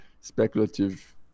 speculative